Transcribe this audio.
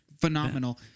Phenomenal